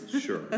sure